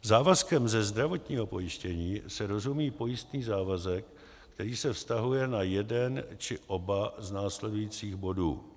Závazkem ze zdravotního pojištění se rozumí pojistný závazek, který se vztahuje na jeden či oba z následujících bodů.